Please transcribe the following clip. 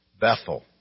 Bethel